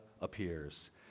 appears